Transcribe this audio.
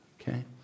Okay